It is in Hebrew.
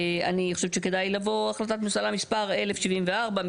אני חושבת שכדאי לבוא החלטת ממשלה מספר 1074,